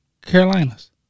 Carolinas